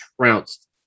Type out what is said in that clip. trounced